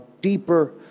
deeper